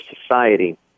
society